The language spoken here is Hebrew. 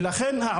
ולכן,